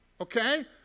okay